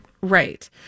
Right